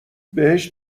بهش